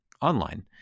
online